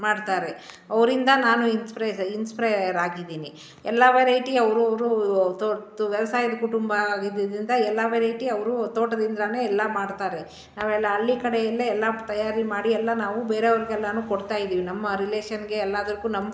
ಮಾಡ್ತಾರೆ ಅವರಿಂದ ನಾನು ಇನ್ಸ್ಪ್ರೈಜರ್ ಇನ್ಸ್ಪ್ರಯರ್ ಆಗಿದೀನಿ ಎಲ್ಲ ವೆರೈಟಿ ಅವರು ಅವರು ತೊ ತೊ ವ್ಯವಸಾಯದ ಕುಟುಂಬ ಆಗಿದ್ದಿದ್ರಿಂದ ಎಲ್ಲ ವೆರೈಟಿ ಅವರು ತೋಟದಿಂದಾ ಎಲ್ಲ ಮಾಡ್ತಾರೆ ನಾವೆಲ್ಲ ಹಳ್ಳಿ ಕಡೆಯಲ್ಲೇ ಎಲ್ಲ ತಯಾರಿ ಮಾಡಿ ಎಲ್ಲ ನಾವು ಬೇರೆಯವ್ರಿಗೆಲ್ಲ ಕೊಡ್ತಾಯಿದೀವಿ ನಮ್ಮ ರಿಲೇಷನ್ಗೆ ಎಲ್ಲಾದಕ್ಕು ನಮ್ಮ